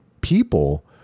people